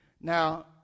Now